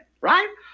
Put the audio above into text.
right